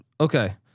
okay